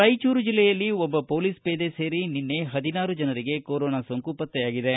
ರಾಯಚೂರು ಜಿಲ್ಲೆಯಲ್ಲಿ ಒಬ್ಬ ಪೊಲೀಸ್ ಪೇದೆ ಸೇರಿ ನಿನ್ನೆ ಹದಿನಾರು ಜನರಿಗೆ ಕೊರೊನಾ ಸೋಂಕು ಪತ್ತೆಯಾಗಿದೆ